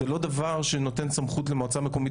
זה לא דבר שנותן סמכות למועצה מקומית